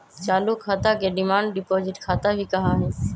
चालू खाता के डिमांड डिपाजिट खाता भी कहा हई